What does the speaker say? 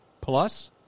plus